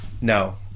No